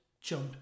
jump